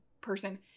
person